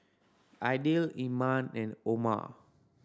Aidil Iman and Umar